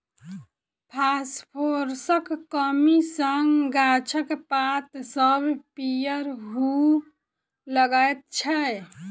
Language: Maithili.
फासफोरसक कमी सॅ गाछक पात सभ पीयर हुअ लगैत छै